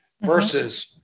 versus